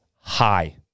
high